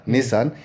Nissan